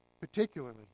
particularly